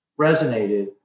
resonated